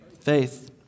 Faith